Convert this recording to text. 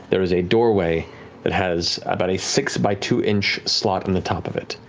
there is a doorway that has about a six by two inch slot in the top of it.